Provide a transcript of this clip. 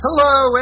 Hello